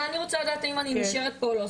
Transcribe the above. אני רוצה לדעת האם אני נשארת פה או לא,